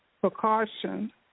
precaution